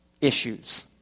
issues